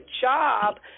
job